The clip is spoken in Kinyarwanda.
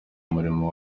umurimo